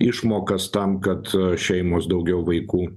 išmokas tam kad šeimos daugiau vaikų